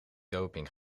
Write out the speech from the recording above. doping